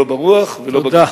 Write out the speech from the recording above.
לא ברוח ולא בגשם.